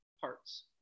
parts